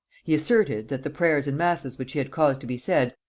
he asserted, that the prayers and masses which he had caused to be said,